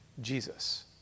Jesus